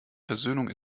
versöhnung